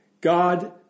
God